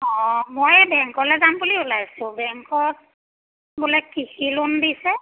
অঁ মই বেংকলৈ যাম বুলি ওলাইছোঁ বেংকত বোলে কৃষি লোন দিছে